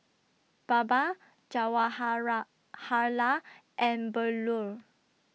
Baba Jawaharlal and Bellur